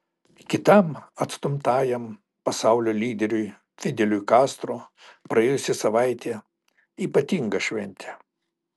kitam atstumtajam pasaulio lyderiui fideliui kastro praėjusi savaitė ypatinga šventė